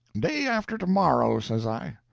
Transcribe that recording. day after to-morrow, says i.